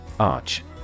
Arch